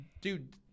dude